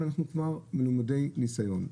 ואנחנו כבר לימודי ניסיון.